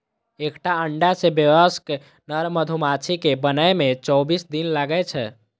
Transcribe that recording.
एकटा अंडा सं वयस्क नर मधुमाछी कें बनै मे चौबीस दिन लागै छै